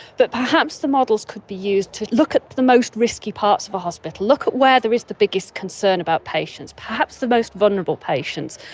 perhaps the models could be used to look at the most risky parts of a hospital, look at where there is the biggest concern about patients, perhaps the most vulnerable patients,